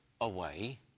away